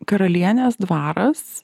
karalienės dvaras